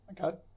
okay